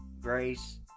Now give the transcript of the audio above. grace